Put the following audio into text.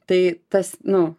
tai tas nu